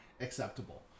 acceptable